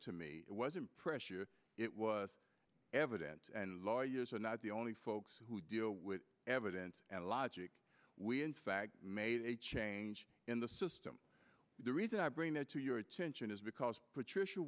to me it wasn't pressure it was evident and lawyers are not the only folks who deal with evidence and logic we in fact made a change in the system the reason i bring that to your attention is because patricia